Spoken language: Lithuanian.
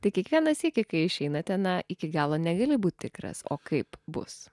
tai kiekvieną sykį kai išeinate na iki galo negali būt tikras o kaip bus